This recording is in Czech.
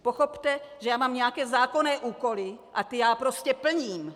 Pochopte, že já mám nějaké zákonné úkoly a ty prostě plním.